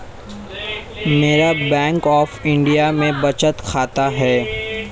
मेरा bank of Baroda में बचत खाता है